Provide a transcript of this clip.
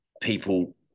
People